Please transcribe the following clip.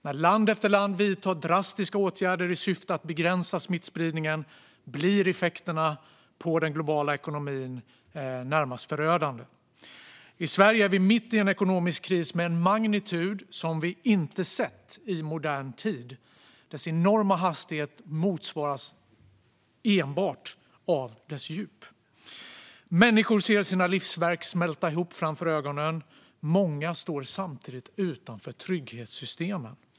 När land efter land vidtar drastiska åtgärder i syfte att begränsa smittspridningen blir effekterna på den globala ekonomin närmast förödande. I Sverige är vi mitt i en ekonomisk kris av en magnitud som vi inte sett i modern tid - dess enorma hastighet motsvaras enbart av dess djup. Människor ser sina livsverk smälta ihop framför ögonen, och många står samtidigt utanför trygghetssystemen.